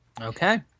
Okay